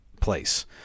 place